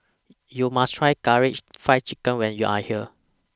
YOU must Try Karaage Fried Chicken when YOU Are here